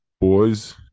boys